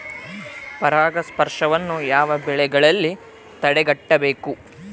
ಪರಾಗಸ್ಪರ್ಶವನ್ನು ಯಾವ ಬೆಳೆಗಳಲ್ಲಿ ತಡೆಗಟ್ಟಬೇಕು?